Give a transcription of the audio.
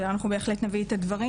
אנחנו בהחלט נביא את הדברים.